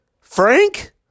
Frank